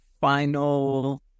final